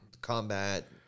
combat